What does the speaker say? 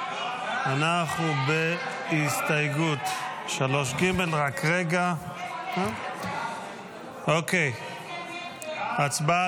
אנחנו בהסתייגות 3ג. ההצבעה